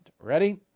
Ready